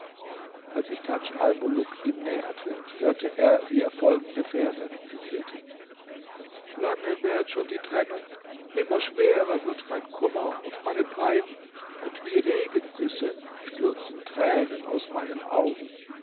als sich tadj almuluk ihm näherte hörte er wie er folgende verse rezitierte lange währt schon die trennung immer schwerer wird mein kummer und meine pein und wie regengüsse stürzen tränen aus meinen augen